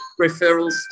referrals